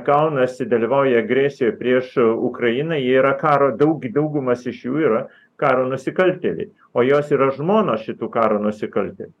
kaunasi dalyvauja agresijoj prieš ukrainą jie yra karo daug daugumas iš jų yra karo nusikaltėliai o jos yra žmonos šitų karo nusikaltėlių